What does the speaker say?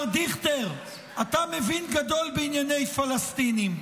אתה מבין גדול בענייני פלסטינים,